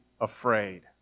afraid